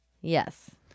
Yes